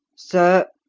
sir,